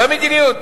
זו המדיניות: